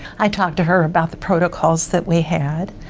i talked to her about the protocols that we had,